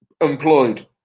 employed